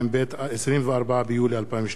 24 ביולי 2012,